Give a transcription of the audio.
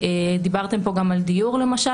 דיברתם פה גם על דיור למשל.